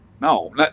No